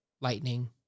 Lightning